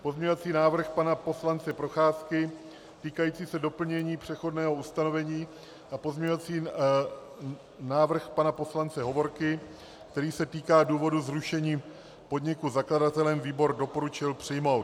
Pozměňovací návrh pana poslance Procházky týkající se doplnění přechodného ustanovení a pozměňovací návrh pana poslance Hovorky, který se týká důvodu zrušení podniku zakladatelem, výbor doporučil přijmout.